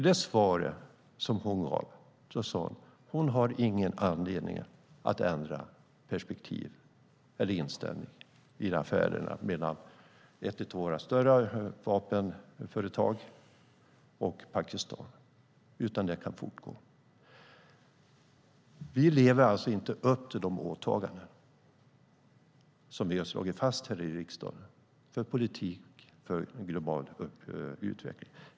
Det svar hon gav var att hon inte hade någon anledning att ändra perspektiv eller inställning till affärerna mellan ett av våra större vapenföretag och Pakistan, utan de kan fortgå. Vi lever alltså inte upp till de åtaganden vi slagit fast här i riksdagen om en politik för global utveckling.